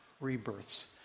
rebirths